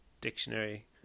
dictionary